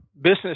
business